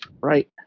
right